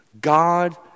God